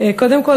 קודם כול,